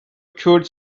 could